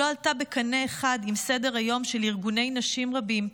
לא עלתה בקנה אחד עם סדר-היום של ארגוני נשים רבים,